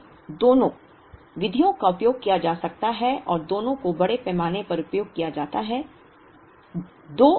तो दोनों विधियों का उपयोग किया जा सकता है और दोनों का बड़े पैमाने पर उपयोग किया जाता है